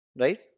Right